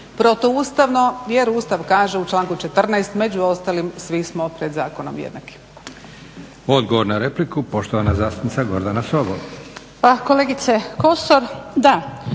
protuustavno jer Ustav kaže u članku 14. među ostalim svi smo pred zakonom jednaki.